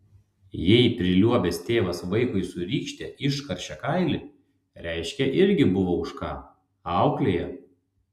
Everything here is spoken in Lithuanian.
jei priliuobęs tėvas vaikui su rykšte iškaršė kailį reiškia irgi buvo už ką auklėja